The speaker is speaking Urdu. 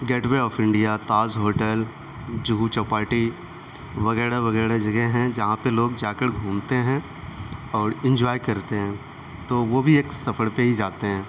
get way of India Taj hotel Juhu Chowpatty وغیرہ وغیرہ جگہ ہیں جہاں پہ لوگ جا کر گھومتے ہیں اور انجوائے کرتے ہیں تو وہ بھی ایک سفڑ پہ ہی جاتے ہیں